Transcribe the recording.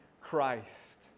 Christ